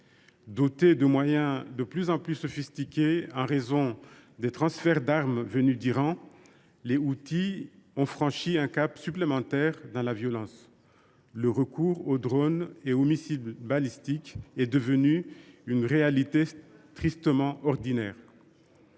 Dotés de moyens de plus en plus sophistiqués, grâce aux armes venues d’Iran, les Houthis ont franchi un cap supplémentaire dans la violence : le recours aux drones et aux missiles balistiques est devenu une réalité tristement ordinaire.